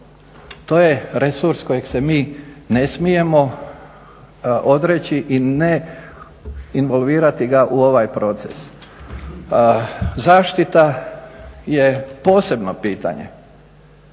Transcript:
To je resurs kojeg se mi ne smijemo odreći i ne involvirati ga u ovaj proces. Zaštita je posebno pitanje